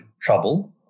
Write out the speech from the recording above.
trouble